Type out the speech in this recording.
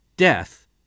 death